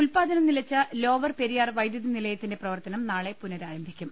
ഉൽപാദനം നിലച്ച ലോവർ പെരിയാർ വൈദ്യുതി നിലയത്തിന്റെ പ്രവർത്തനം നാളെ പുനരാരംഭിക്കും